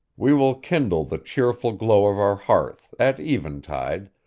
we will kindle the cheerful glow of our hearth, at eventide,